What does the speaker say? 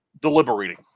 Deliberating